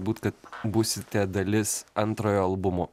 būt kad būsite dalis antrojo albumo